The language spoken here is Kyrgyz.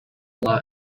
бала